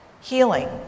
healing